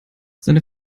seine